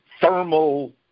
thermal